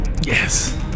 Yes